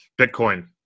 Bitcoin